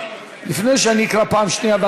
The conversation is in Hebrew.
לפני שאני אקרא פעם שנייה,